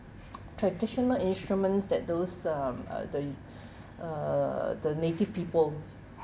traditional instruments that those um uh the uh the native people